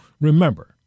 remember